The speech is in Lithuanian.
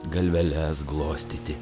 galveles glostyti